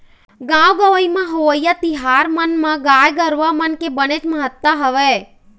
गाँव गंवई म होवइया तिहार मन म गाय गरुवा मन के बनेच महत्ता हवय